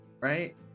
right